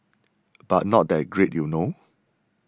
but not that great you know